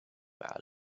out